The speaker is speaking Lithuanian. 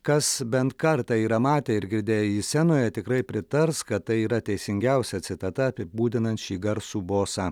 kas bent kartą yra matę ir girdėję jį scenoje tikrai pritars kad tai yra teisingiausia citata apibūdinant šį garsų bosą